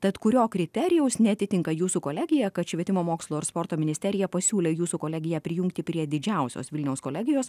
tad kurio kriterijaus neatitinka jūsų kolegija kad švietimo mokslo ir sporto ministerija pasiūlė jūsų kolegiją prijungti prie didžiausios vilniaus kolegijos